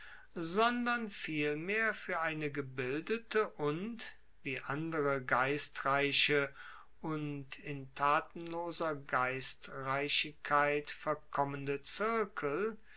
sondern vielmehr fuer eine gebildete und wie andere geistreiche und in tatenloser geistreichigkeit verkommende zirkel